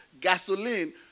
gasoline